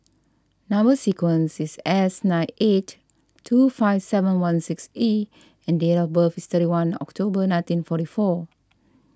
Number Sequence is S nine eight two five seven one six E and date of birth is thirty one October nineteen forty four